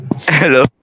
Hello